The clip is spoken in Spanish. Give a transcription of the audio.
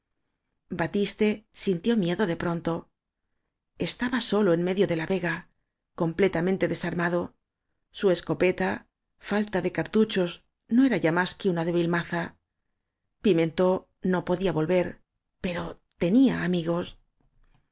batiste sintió miedo de pronto estaba solo en medio de la vega completamente desarma do su escopeta falta de cartuchos no era ya más que una débil maza pimentó no podía volver pero tenía amigos